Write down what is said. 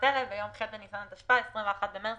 ביום "ח' בניסן התשפ"א (21 במרס